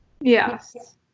Yes